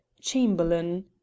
Chamberlain